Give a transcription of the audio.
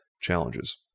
challenges